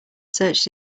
searched